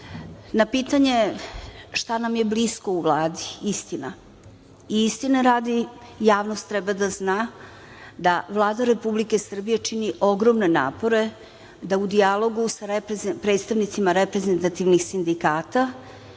pitanje šta nam je blisko u Vladi? Istina i istine radi javnost treba da zna da Vlada Republike Srbije čini ogromne napore da u dijalogu sa predstavnicima reprezentativnih sindikata